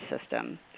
system